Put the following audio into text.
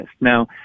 Now